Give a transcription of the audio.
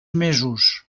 mesos